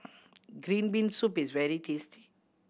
green bean soup is very tasty